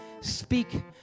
speak